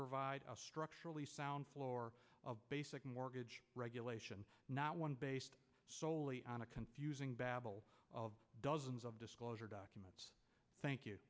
provide a structurally sound floor of basic mortgage regulation not one based soley on a confusing babble of dozens of disclosure documents thank you